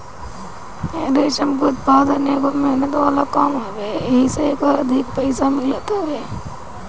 रेशम के उत्पदान एगो मेहनत वाला काम हवे एही से एकर अधिक पईसा मिलत हवे